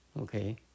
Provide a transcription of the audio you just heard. Okay